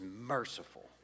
merciful